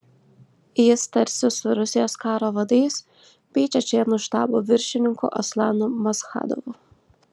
jis tarsis su rusijos karo vadais bei čečėnų štabo viršininku aslanu maschadovu